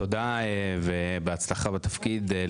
תודה ובהצלחה בתפקיד.